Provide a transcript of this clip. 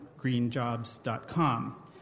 greenjobs.com